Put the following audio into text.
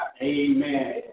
amen